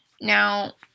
Now